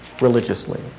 religiously